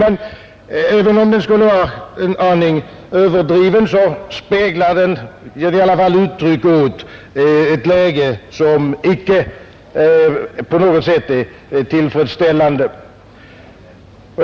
Men även om uppgiften är en aning överdriven, så speglar den i alla fall ett läge som icke på något sätt är tillfredsställande.